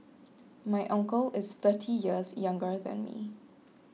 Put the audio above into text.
my uncle is thirty years younger than me